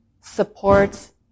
supports